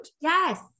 yes